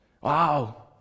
Wow